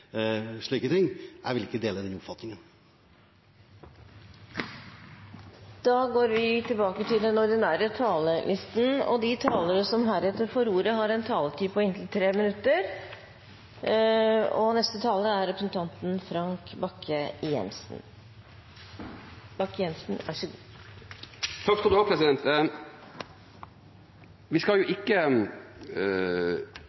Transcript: slike ting – jeg vil ikke dele den oppfatningen. Replikkordskiftet er omme. De talere som heretter får ordet, har en taletid på inntil 3 minutter. Vi skal